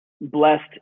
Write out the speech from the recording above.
blessed